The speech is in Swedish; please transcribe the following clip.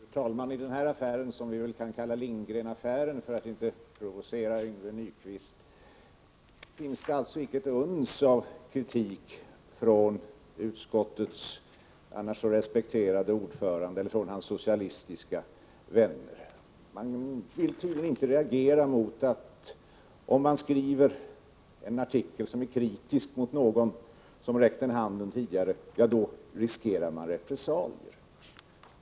Fru talman! Mot den här affären, som vi väl kan kalla Lindgrenaffären för att inte provocera Yngve Nyquist, finns det icke ett uns av kritik från utskottets annars så respekterade ordförande eller från hans socialistiska vänner. Han vill tydligen inte reagera mot det faktum att om man skriver en artikel som är kritisk mot någon som tidigare räckt en handen riskerar man repressalier.